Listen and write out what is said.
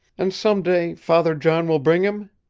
and some day, father john will bring him?